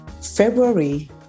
February